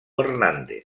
hernández